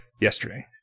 yesterday